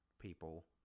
People